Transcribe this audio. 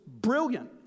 brilliant